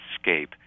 escape